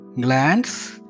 glands